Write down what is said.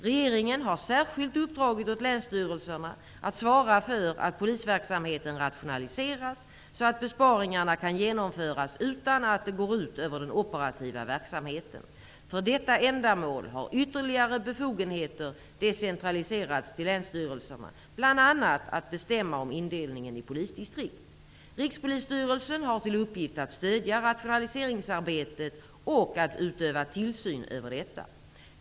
Regeringen har särskilt uppdragit åt länsstyrelserna att svara för att polisverksamheten rationaliseras så att besparingarna kan genomföras utan att det går ut över den operativa verksamheten. För detta ändamål har ytterligare befogenheter decentraliserats till länsstyrelserna, bl.a. att bestämma om indelningen i polisdistrikt. Rikspolisstyrelsen har till uppgift att stödja rationaliseringaarbetet och att utöva tillsyn över detta.